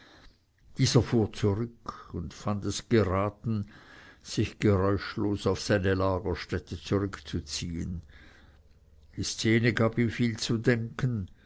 dieser fuhr zurück und fand es geraten sich geräuschlos auf seine lagerstätte zurückzuziehen die szene gab ihm viel zu denken